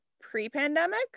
pre-pandemic